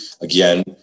again